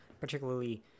particularly